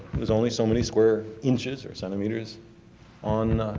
there's only so many squared inches or centimeters on